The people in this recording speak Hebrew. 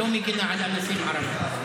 לא מגינה על אנסים ערבים.